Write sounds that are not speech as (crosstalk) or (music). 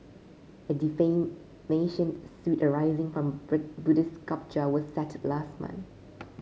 a defamation suit arising from (unintelligible) Buddhist sculpture was settle last month